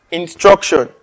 instruction